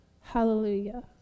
Hallelujah